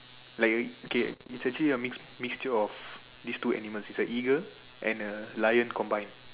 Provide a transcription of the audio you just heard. like okay it's actually a mix mixture of these two animals it's a eagle and a lion combine